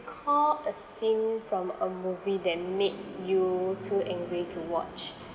~call a scene from a movie that made you too angry to watch